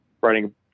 writing